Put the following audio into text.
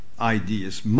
ideas